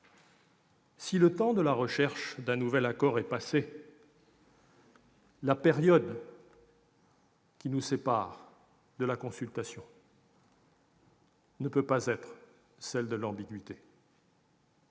si le temps de la recherche d'un nouvel accord est passé, la période qui nous sépare de la consultation ne peut pas être celle de l'ambiguïté